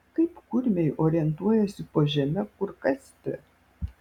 kaip kurmiai orientuojasi po žeme kur kasti